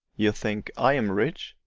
you think i am rich?